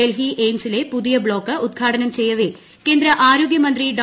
ഡൽഹി എയിംസിലെ പുതിയ ബ്ലോക്ക് ഉദ്ഘാടനം ചെയ്യവെ കേന്ദ്ര ആരോഗൃമന്ത്രി ഡോ